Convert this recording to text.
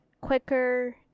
quicker